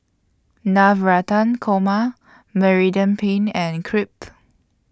Navratan Korma Penne and Crepe